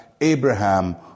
Abraham